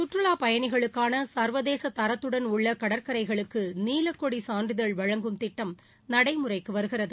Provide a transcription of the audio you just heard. சுற்றுலா பயணிகளுக்கான சா்வதேச தரத்துடன் உள்ள கடற்கரைகளுக்கு நீலக்கொடி சான்றிதழ் வழங்கும் திட்டம் நடைமுறைக்கு வருகிறது